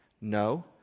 no